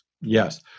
yes